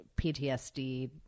PTSD